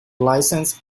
license